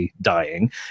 dying